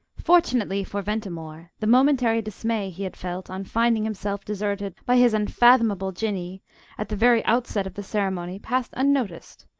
fortunately for ventimore, the momentary dismay he had felt on finding himself deserted by his unfathomable jinnee at the very outset of the ceremony passed unnoticed,